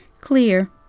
Clear